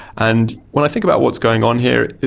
and when i think about what's going on here,